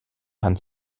hand